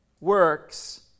works